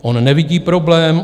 On nevidí problém.